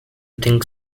think